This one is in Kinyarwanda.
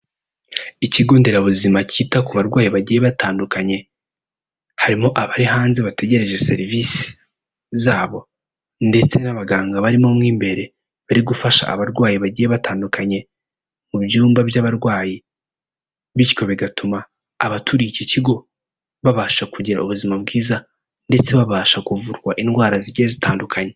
Ikigonderabuzima kita ku barwayi bagiye batandukanye, harimo abari hanze bategereje serivisi zabo ndetse n'abaganga barimo imbere bari gufasha abarwayi bagiye batandukanye mu byumba by'abarwayi. Bityo bigatuma abaturiye iki kigo babasha kugira ubuzima bwiza ndetse babasha kuvurwa indwara zigiye zitandukanye.